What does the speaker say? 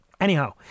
Anyhow